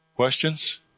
Questions